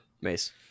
Mace